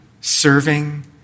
serving